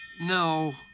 No